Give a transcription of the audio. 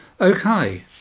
Okay